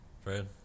Fred